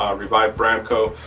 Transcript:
um revive brand co.